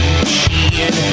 machine